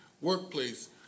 workplace